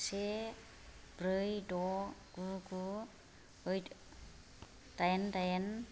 से ब्रै द गु गु ओइट दाइन दाइन